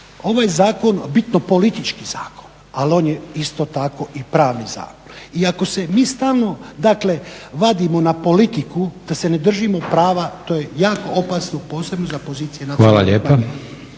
ovaj zakon bitno politički zakon ali on je isto tako i pravni zakon. I ako se mi stalno dakle vadimo na politiku da se ne držimo prava to je jako opasno posebno za pozicije nacionalnih